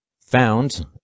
found